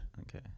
Okay